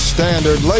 Standard